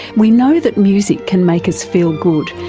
we know that music can make us feel good,